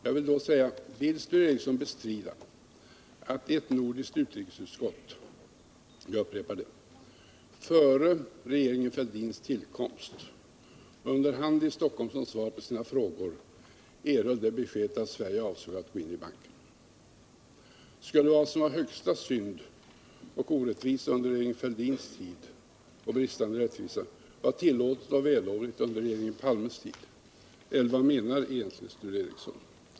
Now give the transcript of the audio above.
Jag vill då fråga: Vill Sture Ericson bestrida att ett nordiskt utrikesutskott före regeringen Fälldins tillkomst —- jag upprepar det — under hand som svar på sina frågor erhöll beskedet att Sverige avsåg att gå in i banken? Skulle något som var högsta synd och bristande rättvisa under regeringen Fälldins tid vara tillåtet och vällovligt under regeringen Palmes tid, eller vad menar egentligen Sture Ericson?